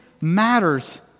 matters